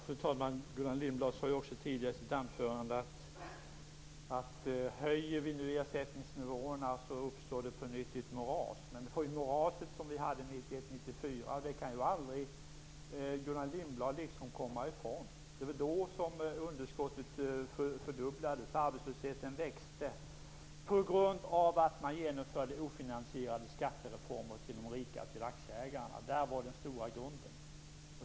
Fru talman! Gullan Lindblad sade tidigare i sitt anförande att om vi nu höjer ersättningsnivåerna uppstår det på nytt ett moras. Men moraset hade vi ju 1991-1994. Det kan aldrig Gullan Lindblad komma ifrån. Det var då som underskottet fördubblades och arbetslösheten växte - på grund av att man genomförde ofinansierade skattereformer till de rika och till aktieägarna. Det var den stora grunden.